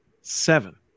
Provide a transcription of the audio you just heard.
seven